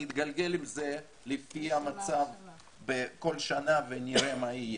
אני אתגלגל עם זה לפי המצב כל שנה ונראה מה יהיה,